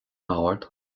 mbord